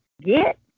get